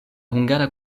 hungara